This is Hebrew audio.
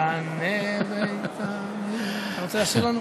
"שייבנה בית-המקדש" אתה רוצה לשיר לנו?